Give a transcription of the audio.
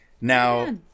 Now